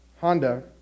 Honda